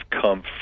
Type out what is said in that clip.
come